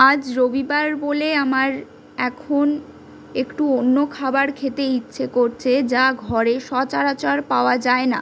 আজ রবিবার বলে আমার এখন একটু অন্য খাবার খেতে ইচ্ছে করছে যা ঘরে সচারাচর পাওয়া যায়না